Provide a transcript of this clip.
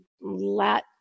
let